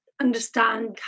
understand